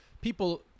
people